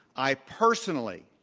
i personally,